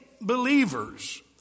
believers